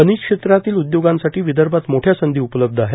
खनिज क्षेत्रातील उदयोगांसाठी विदर्भात मोठ्या संधी उपलब्ध आहेत